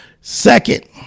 second